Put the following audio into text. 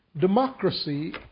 Democracy